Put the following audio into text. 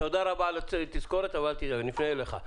תודה רבה על התזכורת, אל תדאג, נפנה אליך.